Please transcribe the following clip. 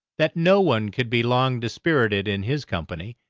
that no one could be long dispirited in his company,